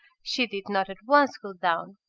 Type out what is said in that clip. she did not at once go down.